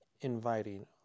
inviting